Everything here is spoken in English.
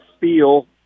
feel